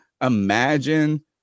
imagine –